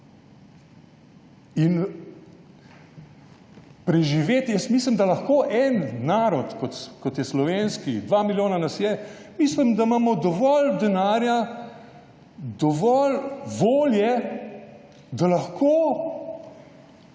in preživeti. Jaz mislim, da lahko en narod, kot je slovenski, dva milijona nas je, mislim, da imamo dovolj denarja, dovolj volje, da lahko